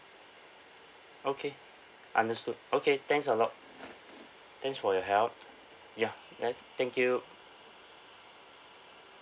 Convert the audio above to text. okay understood okay thanks a lot thanks for your help ya tha~ thank you